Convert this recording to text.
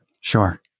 Sure